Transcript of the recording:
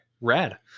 Rad